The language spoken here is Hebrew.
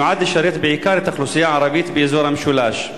נועד לשרת בעיקר את האוכלוסייה הערבית באזור המשולש.